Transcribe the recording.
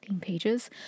pages